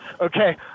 Okay